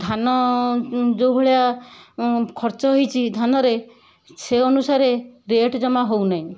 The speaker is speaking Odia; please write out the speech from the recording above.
ଧାନ ଯେଉଁ ଭଳିଆ ଖର୍ଚ୍ଚ ହେଇଛି ଧାନରେ ସେ ଅନୁସାରେ ରେଟ ଜମା ହଉନାହିଁ